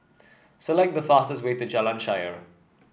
select the fastest way to Jalan Shaer